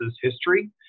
history